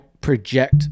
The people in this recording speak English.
project